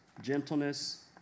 gentleness